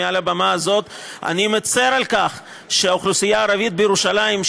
מעל הבמה הזאת: אני מצר על כך שהאוכלוסייה הערבית בירושלים,